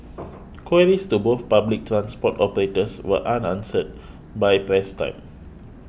queries to both public transport operators were unanswered by press time